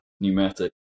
pneumatic